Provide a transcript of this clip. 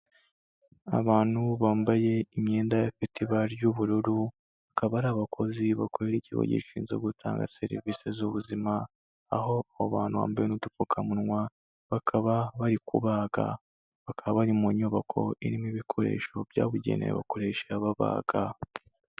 Abantu bambaye imyenda ifite ibara ry'ubururu bakaba ari abakozi bakorera ikigo gishinzwe gutanga serivisi z'ubuzima, aho abo abantutu bambaye n'udupfukamunwa bakaba bari kubaga, bakaba bari mu nyubako irimo ibikoresho byabugenewe babakoresha babaga.